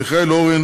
מיכאל אורן,